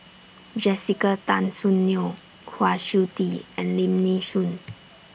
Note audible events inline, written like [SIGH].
Jessica Tan Soon Neo Kwa Siew Tee and Lim Nee Soon [NOISE]